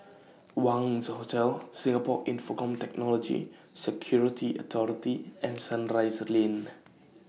Wangz Hotel Singapore Infocomm Technology Security Authority and Sunrise Lane